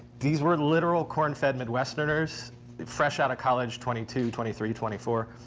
these were literal corn-fed midwesterners fresh out of college, twenty two, twenty three, twenty four.